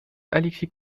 alexis